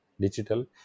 Digital